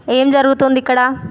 ఏం జరుగుతోంది ఇక్కడ